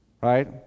Right